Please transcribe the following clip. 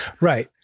right